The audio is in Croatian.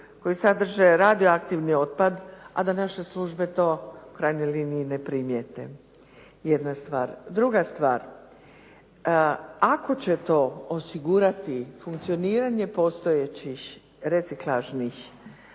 koji sadrže radioaktivni otpad, a da naše službe to, u krajnjoj liniji ne primijete. Jedna je stvar. Druga stvar, ako će to osigurati funkcioniranje postojećih reciklažnih